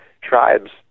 tribes